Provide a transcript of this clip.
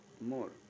more